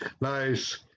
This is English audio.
Nice